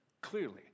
clearly